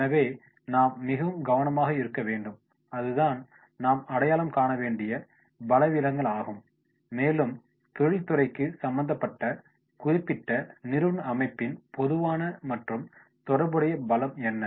எனவே நாம் மிகவும் கவனமாக இருக்க வேண்டும் அதுதான் நாம் அடையாளம் காண வேண்டிய பலவீனங்களாகும் மேலும் தொழில்துறைக்கு சம்பந்தப்பட்ட குறிப்பிட்ட நிறுவன அமைப்பின் பொதுவான மற்றும் தொடர்புடைய பலம் என்ன